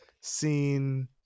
seen